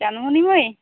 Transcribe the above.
ᱪᱟᱞᱢᱚᱱᱤ ᱢᱟᱹᱭ